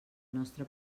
nostre